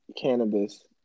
cannabis